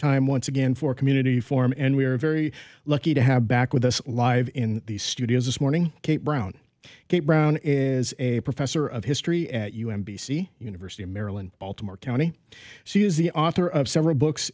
time once again for community forum and we're very lucky to have back with us live in the studio this morning kate brown brown is a professor of history at un b c university of maryland baltimore county she is the author of several books